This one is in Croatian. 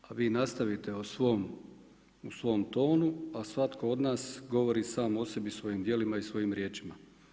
A vi nastavite u svom tonu, a svatko od nas govori sam o sebi svojim dijelima i svojim riječima.